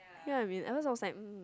get what I mean at first I was like mm